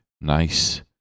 nice